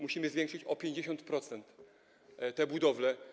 Musimy zwiększyć o 50% te budowle.